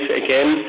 again